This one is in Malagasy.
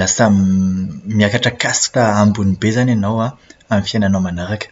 lasa miakatra "caste" ambony be izany ianao amin'ny fiainanao manaraka.